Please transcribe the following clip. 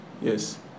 Yes